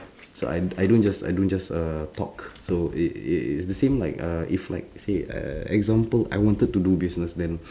so I I don't I don't just uh talk so it it's the same like uh if like let's say e~ example I wanted to do business then